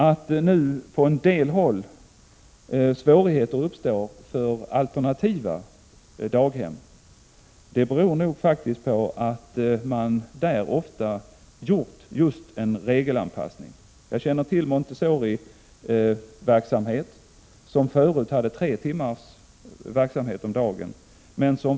Att det på en del håll uppstår svårigheter för alternativa daghem beror faktiskt på att man där ofta gjort just en regelanpassning. Jag känner till en Montessoriverksamhet som förut hade tre timmars verksamhet om dagen.